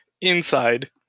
Inside